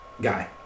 guy